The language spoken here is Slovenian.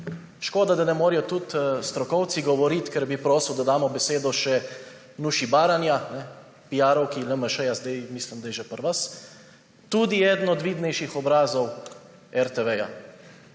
Škoda, da ne morejo tudi strokovci govoriti, ker bi prosil, da damo besedo še Nuši Baranja, piarovki LMŠ, mislim, da je zdaj že pri vas, tudi eden od vidnejših obrazov RTV.